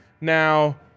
Now